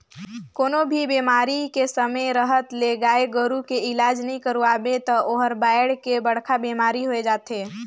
कोनों भी बेमारी के समे रहत ले गाय गोरु के इलाज नइ करवाबे त ओहर बायढ़ के बड़खा बेमारी होय जाथे